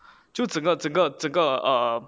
就整个整个整个 um